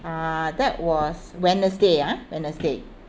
uh that was wednesday ah wednesday